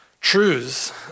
truths